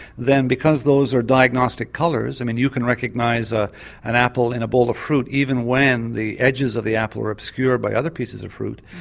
then because those are diagnostic colours i mean you can recognise ah an an apple in a bowl of fruit even when the edges of the apple are obscured by other pieces of fruit.